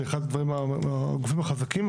שאחד הגופים החזקים.